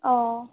অঁ